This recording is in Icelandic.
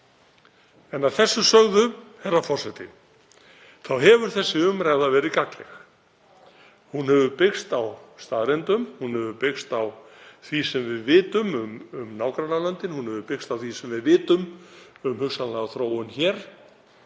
Að þessu sögðu þá hefur þessi umræða verið gagnleg. Hún hefur byggst á staðreyndum. Hún hefur byggst á því sem við vitum um nágrannalöndin og hún hefur byggst á því sem við vitum um hugsanlega þróun hér.